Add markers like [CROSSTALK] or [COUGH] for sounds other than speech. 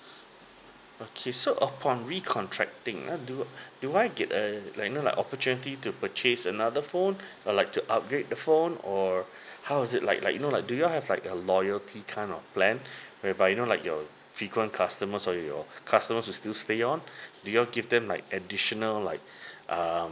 okay so upon re contracting uh do do I get a you know like opportunity to purchase another phone uh like to upgrade the phone or how is it like like you know like do you all have like a loyalty kind of plan whereby you know like your frequent customer sorry your customers who still stay on do you all give them like additional like [BREATH] err